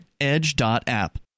edge.app